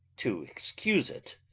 to excuse it!